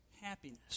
happiness